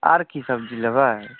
आर की सभ चीज लेबै